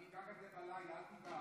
אני אקח את זה בלילה, אל תדאג.